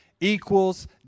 equals